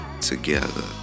together